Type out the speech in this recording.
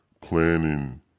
planning